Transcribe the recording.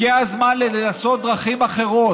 הגיע הזמן לנסות דרכים אחרות.